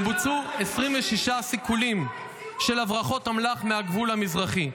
ובוצעו 26 סיכולים של הברחות אמל"ח מהגבול המזרחי.